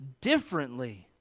differently